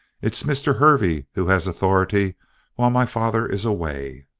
it's mr. hervey who has authority while my father is away.